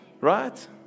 Right